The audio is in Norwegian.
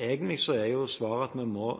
Egentlig er jo svaret at vi må